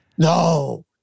No